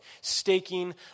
staking